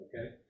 okay